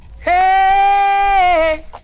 Hey